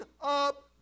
up